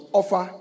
offer